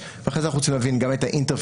ואחר כך אנחנו רוצים להבין גם את האינטרפייס,